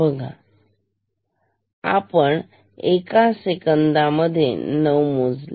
बघा आपण एका सेकंदा मध्ये 9 मोजले